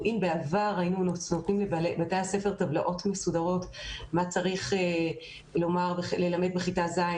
אם בעבר היינו שולחים מבתי הספר טבלאות מסודרות מה צריך ללמד בכיתה ז',